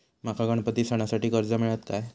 माका गणपती सणासाठी कर्ज मिळत काय?